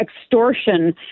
extortion